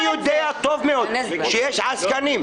אני יודע טוב מאוד שיש עסקנים.